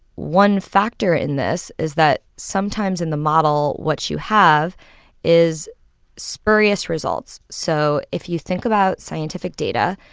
one factor in this is that sometimes in the model what you have is spurious results. so if you think about scientific data,